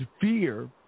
fear